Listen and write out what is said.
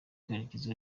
karekezi